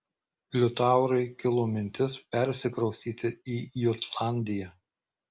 liutaurui kilo mintis persikraustyti į jutlandiją